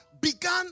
began